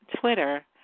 Twitter